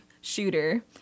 shooter